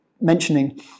mentioning